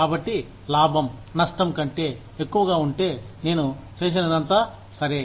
కాబట్టి లాభం నష్టం కంటే ఎక్కువగా ఉంటే నేను చేసినదంతా సరే